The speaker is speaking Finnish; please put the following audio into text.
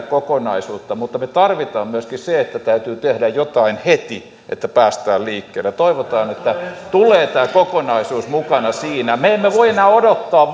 kokonaisuutta mutta me tarvitsemme myöskin sen että täytyy tehdä jotain heti että päästään liikkeelle toivotaan että tulee tämä kokonaisuus mukana siinä me emme voi enää odottaa